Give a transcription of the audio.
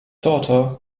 daughter